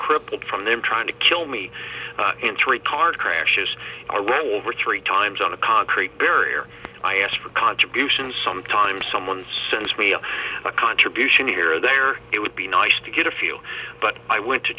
crippled from them trying to kill me in three car crashes are well over three times on a concrete barrier i asked for contributions sometimes someone sends me a contribution here or there it would be nice to get a few but i want to